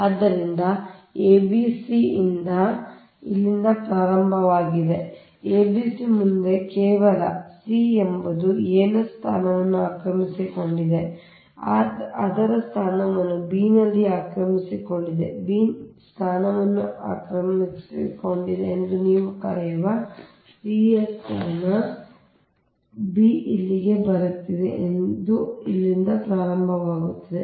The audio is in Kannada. ಆದ್ದರಿಂದ a b c ಯಿಂದ ಇದು ಇಲ್ಲಿಂದ ಪ್ರಾರಂಭವಾಗಿದೆ a b c a b c ಮುಂದೆ ಕೇವಲ c ಎಂಬುದು a ನ ಸ್ಥಾನವನ್ನು ಆಕ್ರಮಿಸಿಕೊಂಡಿದೆ a ಅದರ ಸ್ಥಾನವನ್ನು b ನಲ್ಲಿ ಆಕ್ರಮಿಸಿಕೊಂಡಿದೆ b ನಿಮ್ಮ ಸ್ಥಾನವನ್ನು ಆಕ್ರಮಿಸಿಕೊಂಡಿದೆ ಎಂದು ನೀವು ಕರೆಯುವ c ಯ ಸ್ಥಾನ b ಇಲ್ಲಿಗೆ ಬರುತ್ತಿದೆ ಎಂದು ಇಲ್ಲಿಂದ ಪ್ರಾರಂಭವಾಗುತ್ತದೆ